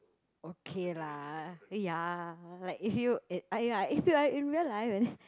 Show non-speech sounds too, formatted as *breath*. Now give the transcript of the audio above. okay lah ya like if you eh ah ya if you're in real life and *breath*